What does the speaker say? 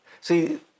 See